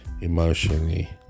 emotionally